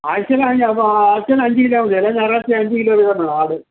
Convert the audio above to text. ആഴ്ച്ചയിൽ ആണെങ്കിൽ ആഴ്ചയിൽ അഞ്ച് കിലോ മതി എല്ലാ ഞാറാഴ്ചയും അഞ്ച് കിലോ വീതം വേണം ആട്